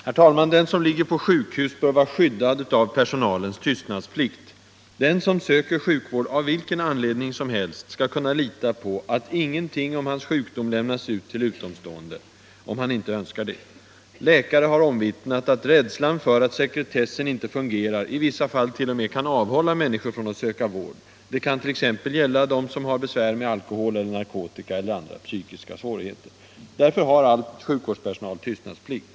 Herr talman! Den som ligger på sjukhus bör vara skyddad av personalens tystnadsplikt. Den som söker sjukvård av vilken anledning som helst skall kunna lita på att ingenting om hans sjukdom lämnas ut till utomstående, om han inte önskar det. Läkare har omvittnat att rädslan för att sekretessen inte fungerar i vissa fall t.o.m. kan avhålla människor från att söka vård. Det kan t.ex. gälla dem som har besvär med alkohol eller narkotika eller andra psykiska svårigheter. | Därför har all sjukvårdspersonal tystnadsplikt.